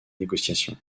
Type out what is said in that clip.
négociation